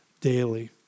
daily